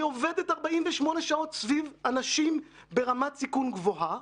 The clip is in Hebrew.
היא עובדת 48 שעות סביב אנשים ברמת סיכון גבוהה.